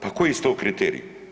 Pa koji su to kriteriji?